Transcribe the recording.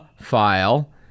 file